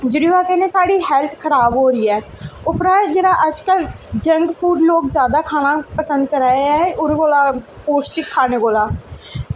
जेह्दी ब'जा कन्नै साढ़ी हैल्थ खराब हो दी उप्परा जेह्ड़ा अजकल्ल लोग जंक फूड लोक जादा खाना पसंद करा दे ऐ ओह्दे कोला पौश्टिक खाने कोला